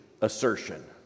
assertion